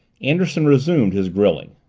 anderson resumed his grilling.